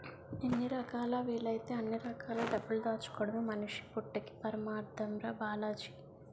ఎన్ని రకాలా వీలైతే అన్ని రకాల డబ్బులు దాచుకోడమే మనిషి పుట్టక్కి పరమాద్దం రా బాలాజీ